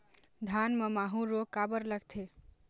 धान म माहू रोग काबर लगथे?